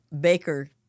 Baker